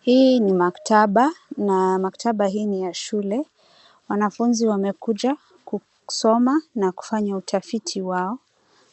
Hii ni maktaba, na maktaba hii ni ya shule. Wanafunzi wamekuja kusoma, na kufanya utafiti wao.